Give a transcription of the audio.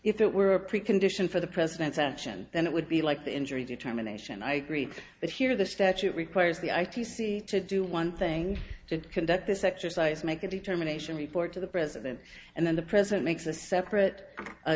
if it were a precondition for the president's action then it would be like the injury determination i agree but here the statute requires the i t c to do one thing to conduct this exercise make a determination report to the president and then the president makes a separate